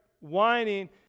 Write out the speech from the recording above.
whining